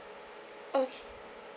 okay